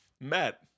matt